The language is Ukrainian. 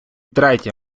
третє